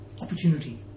opportunity